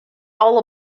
all